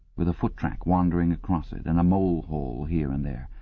with a foot-track wandering across it and a molehill here and there.